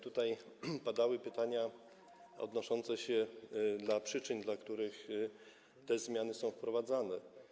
Tutaj padały pytania odnoszące się do przyczyn, dla których te zmiany są wprowadzane.